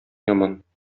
яман